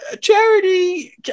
charity